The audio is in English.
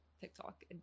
TikTok